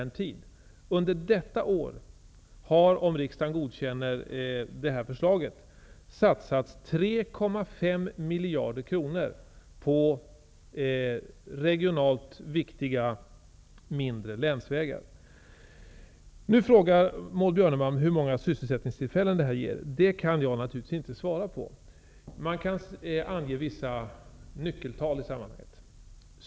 Under detta år har, om riksdagen godkänner vårt förslag, 3,5 miljarder kronor satsats på regionalt viktiga mindre länsvägar. Maud Björnemalm frågar hur många sysselsättningstillfällen dessa pengar ger. Det kan jag naturligtvis inte svara på. Man kan ange vissa nyckeltal i sammanhanget.